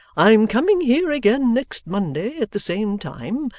i'm coming here again next monday at the same time,